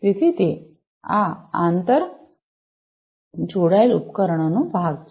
તેથી તે આ આંતર જોડાયેલ ઉપકરણોનો ભાગ છે